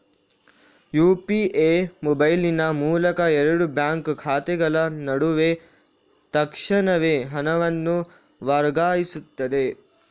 UPI ಮೊಬೈಲಿನ ಮೂಲಕ ಎರಡು ಬ್ಯಾಂಕ್ ಖಾತೆಗಳ ನಡುವೆ ತಕ್ಷಣವೇ ಹಣವನ್ನು ವರ್ಗಾಯಿಸ್ತದೆ